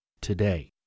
today